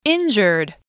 Injured